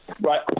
Right